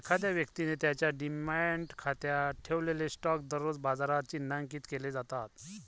एखाद्या व्यक्तीने त्याच्या डिमॅट खात्यात ठेवलेले स्टॉक दररोज बाजारात चिन्हांकित केले जातात